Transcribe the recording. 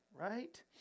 right